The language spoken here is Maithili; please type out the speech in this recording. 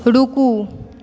रुकू